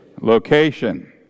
location